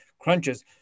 crunches